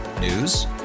News